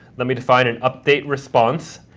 let me define an update response,